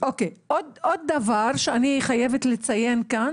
--- עוד דבר שאני חייבת לציין כאן,